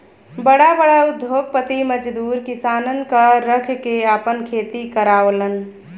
बड़ा बड़ा उद्योगपति मजदूर किसानन क रख के आपन खेती करावलन